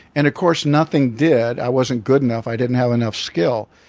and of course nothing did i wasn't good enough. i didn't have enough skill.